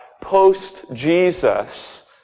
post-Jesus